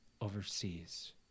overseas